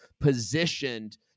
positioned